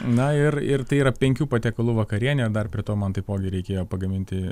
na ir ir tai yra penkių patiekalų vakarienė dar prie to man taipogi reikėjo pagaminti